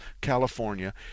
California